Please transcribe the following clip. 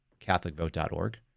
CatholicVote.org